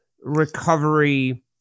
recovery